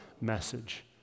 message